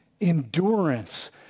endurance